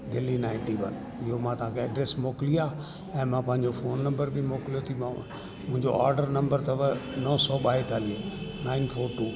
Delhi ninety one इहो मां तव्हांखे एड्रेस मोकिली आहे ऐं मां पंहिंजो नंबर बि मोकिलियो थी मांव मुंहिंजो ऑडर नंबर अथव नव सौ ॿाएतालीह नाइन फोर टू